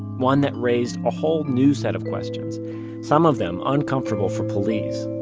one that raised a whole new set of questions some of them uncomfortable for police